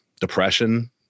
depression